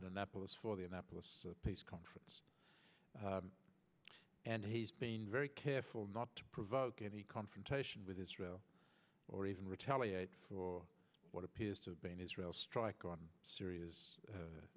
in annapolis for the annapolis peace conference and he's been very careful not to provoke any confrontation with israel or even retaliate for what appears to be an israeli strike on syri